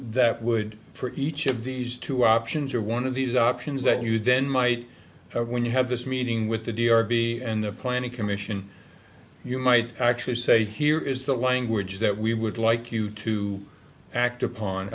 that would for each of these two options or one of these options that you then might have when you have this meeting with the d r v and the planning commission you might actually say here is the language that we would like you to act upon